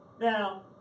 Now